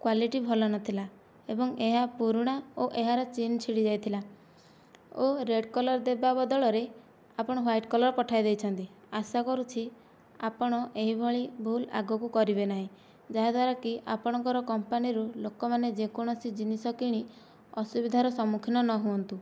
quality ଭଲ ନଥିଲା ଏବଂ ଏହା ପୁରୁଣା ଓ ଏହାର ଚେନ୍ ଛିଣ୍ଡିଯାଇଥିଲା ଓ ରେଡ୍ କଲର ଦେବା ବଦଳରେ ଆପଣ ହ୍ଵାଇଟ୍ କଲର ପଠାଇଦେଇଛନ୍ତି ଆଶା କରୁଛି ଆପଣ ଏହିଭଳି ଭୁଲ୍ ଆଗକୁ କରିବେ ନାହିଁ ଯାହାଦ୍ୱାରା କି ଆପଣଙ୍କର କମ୍ପାନିରୁ ଲୋକମାନେ ଯେକୌଣସି ଜିନିଷ କିଣି ଅସୁବିଧାର ସମ୍ମୁଖୀନ ନହୁଅନ୍ତୁ